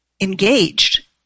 engaged